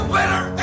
better